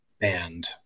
Band